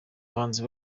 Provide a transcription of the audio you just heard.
bahanzi